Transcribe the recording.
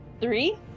Three